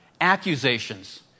accusations